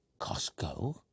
Costco